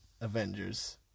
avengers